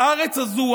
הארץ הזו,